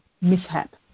mishap